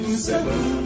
seven